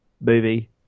movie